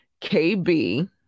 KB